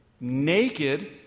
naked